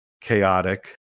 chaotic